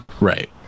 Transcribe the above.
right